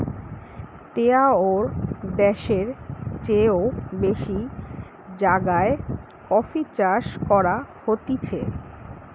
তেয়াত্তর দ্যাশের চেও বেশি জাগায় কফি চাষ করা হতিছে